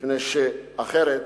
מפני שאחרת,